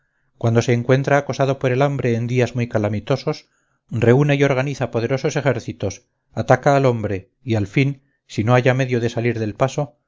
cuando se encuentra acosado por el hambre en días muy calamitosos reúne y organiza poderosos ejércitos ataca al hombre y al fin si no halla medio de salir del paso